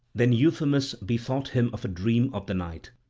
then euphemus bethought him of a dream of the night,